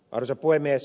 arvoisa puhemies